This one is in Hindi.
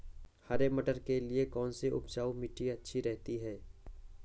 हरे मटर के लिए कौन सी उपजाऊ मिट्टी अच्छी रहती है?